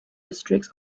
districts